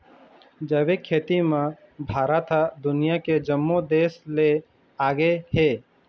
जैविक खेती म भारत ह दुनिया के जम्मो देस ले आगे हे